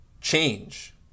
change